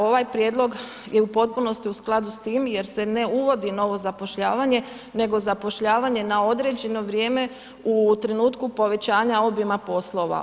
Ovaj prijedlog je u potpunosti u skladu s tim, jer se ne uvodi novo zapošljavanje, nego zapošljavanje na određeno vrijeme u trenutku povećanja obima poslova.